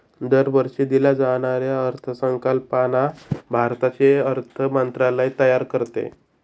दरवर्षी दिल्या जाणाऱ्या अर्थसंकल्पाला भारताचे अर्थ मंत्रालय तयार करते